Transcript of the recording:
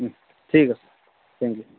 ঠিক আছে thank U